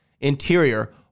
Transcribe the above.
Interior